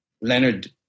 Leonard